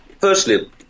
firstly